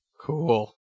Cool